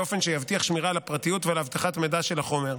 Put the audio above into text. באופן שיבטיח שמירה על הפרטיות ועל אבטחת מידע של החומר.